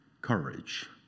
courage